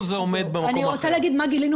גילינו